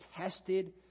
tested